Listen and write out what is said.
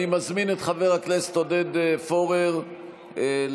אני מזמין את חבר הכנסת עודד פורר להשיב,